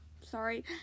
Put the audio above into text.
Sorry